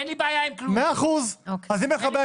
אין לי בעיה עם כלום, אני רק מבין מה הכוונה.